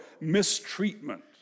mistreatment